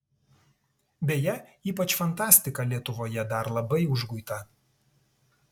beje ypač fantastika lietuvoje dar labai užguita